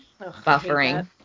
buffering